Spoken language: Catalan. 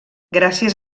gràcies